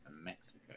Mexico